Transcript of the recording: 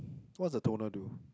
what the toner do